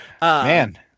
Man